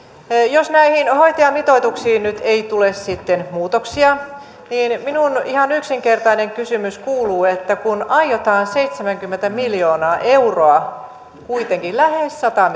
jos näihin hoitajamitoituksiin nyt ei tule sitten muutoksia niin minun ihan yksinkertainen kysymykseni kuuluu kun aiotaan seitsemänkymmentä miljoonaa euroa kuitenkin lähes sata